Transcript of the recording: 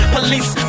Police